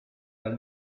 dal